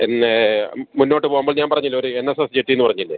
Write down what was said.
പിന്നേ മുന്നോട്ട് പോവുമ്പോൾ ഞാൻ പറഞ്ഞില്ലേ ഒരു എൻ എസ് എസ് ജെട്ടി എന്ന് പറഞ്ഞില്ലേ